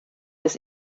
des